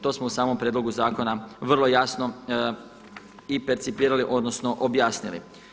To smo u samom prijedlogu zakona vrlo jasno i percipirali, odnosno objasnili.